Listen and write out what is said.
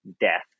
death